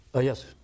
Yes